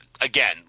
again